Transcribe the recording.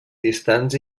distants